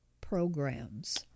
programs